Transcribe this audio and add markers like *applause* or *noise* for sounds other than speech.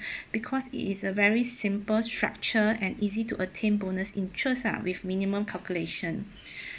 *breath* because it is a very simple structure and easy to attain bonus interest ah with minimum calculation *breath*